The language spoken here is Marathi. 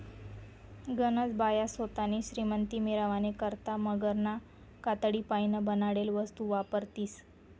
गनज बाया सोतानी श्रीमंती मिरावानी करता मगरना कातडीपाईन बनाडेल वस्तू वापरतीस